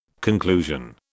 Conclusion